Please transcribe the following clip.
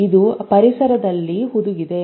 ಇದು ಪರಿಸರದಲ್ಲಿ ಹುದುಗಿದೆ